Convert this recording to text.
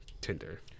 Tinder